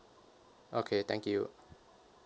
okay thank you